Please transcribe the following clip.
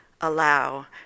allow